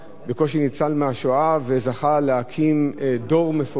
בקושי ניצל מהשואה, וזכה להקים דור מפואר,